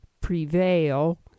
prevail